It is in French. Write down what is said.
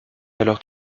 alors